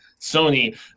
Sony